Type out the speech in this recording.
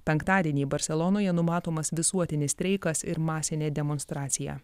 penktadienį barselonoje numatomas visuotinis streikas ir masinė demonstracija